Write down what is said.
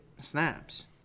snaps